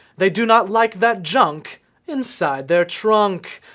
they do not like that junk inside their trunk.